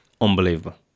unbelievable